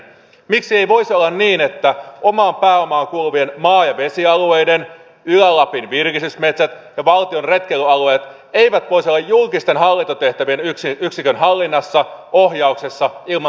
miksi ei voisi olla niin että omaan pääomaan kuuluvat maa ja vesialueet ylä lapin virkistysmetsät ja valtion retkeilyalueet eivät voisi olla julkisten hallintotehtävien yksikön hallinnassa ohjauksessa ilman tuottovaadetta